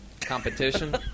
competition